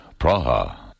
Praha